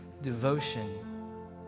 devotion